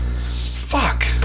Fuck